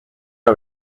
are